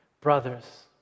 Brothers